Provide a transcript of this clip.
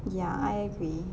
ya I agree